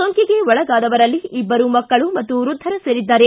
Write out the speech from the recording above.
ಸೋಂಕಿಗೆ ಒಳಗಾದವರಲ್ಲಿ ಇಬ್ಬರು ಮಕ್ಕಳು ಮತ್ತು ವೃದ್ಧರು ಸೇರಿದ್ದಾರೆ